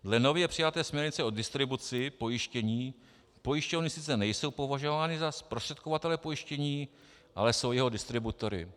Dle nově přijaté směrnice o distribuci pojištění pojišťovny sice nejsou považovány za zprostředkovatele pojištění, ale jsou jeho distributory.